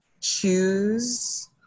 choose